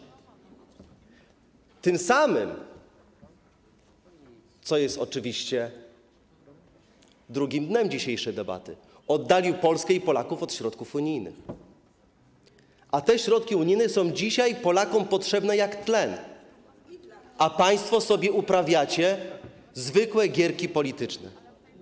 Tym samym, co jest oczywiście drugim dnem dzisiejszej debaty, oddalił Polskę i Polaków od środków unijnych, a te środki unijne są dzisiaj Polakom potrzebne jak tlen, a państwo sobie uprawiacie zwykłe gierki polityczne.